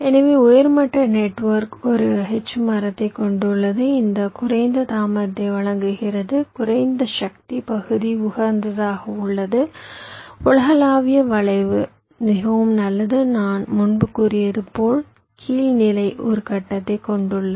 எனவே உயர் மட்ட நெட்வொர்க் ஒரு H மரத்தைக் கொண்டுள்ளது இது குறைந்த தாமதத்தை வழங்குகிறது குறைந்த சக்தி பகுதி உகந்ததாக உள்ளது உலகளாவிய வளைவு மிகவும் நல்லது நான் முன்பு கூறியது போல் கீழ் நிலை ஒரு கட்டத்தைக் கொண்டுள்ளது